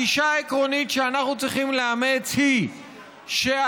הגישה העקרונית שאנחנו צריכים לאמץ היא שההחלטה